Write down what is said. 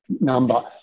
number